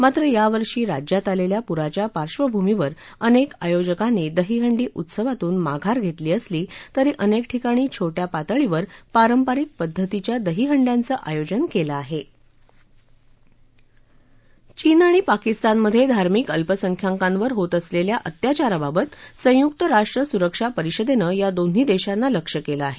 मात्र यावर्षी राज्यात आलेल्या पूराच्या पार्श्वभूमीवर अनेक आयोजकांनी दहिहंडी उत्सवातून माघार घेतली असली तरी अनेक ठिकाणी छोट्यापातळीवर पारंपरिक पद्धतीच्या दहीहंड्याचं आयोजन केलं आहे चीन आणि पाकिस्तानमध्ये धार्मिक अल्पसंख्याकांवर होत असलेल्या अत्याचाराबाबत संयुक्त राष्ट्र सुरक्षा परिषदेनं या दोन्ही देशांना लक्ष्य केलं आहे